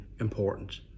important